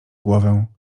głowę